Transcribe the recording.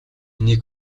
нэг